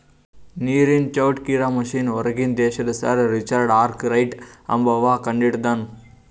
ನೀರನ್ ಚೌಕ್ಟ್ ಇರಾ ಮಷಿನ್ ಹೂರ್ಗಿನ್ ದೇಶದು ಸರ್ ರಿಚರ್ಡ್ ಆರ್ಕ್ ರೈಟ್ ಅಂಬವ್ವ ಕಂಡಹಿಡದಾನ್